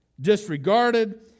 disregarded